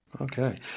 Okay